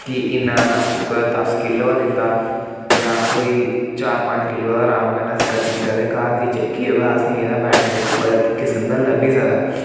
कि इ'न्ना कुतै दस किल्लो गै दित्ता जां अस कोई चार पंज किल्लो हारा अराम कन्नै अस कड्ढी सकदे घर दी चक्की होऐ असेंगी एह्दा बेनिफिट बड़े किसम दा लब्भी सकदा